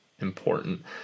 important